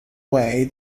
way